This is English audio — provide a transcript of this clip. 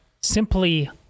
simply